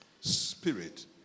spirit